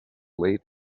late